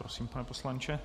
Prosím, pane poslanče.